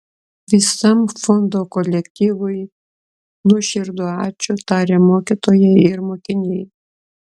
visam fondo kolektyvui nuoširdų ačiū taria mokytojai ir mokiniai